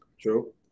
true